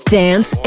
dance